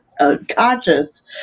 unconscious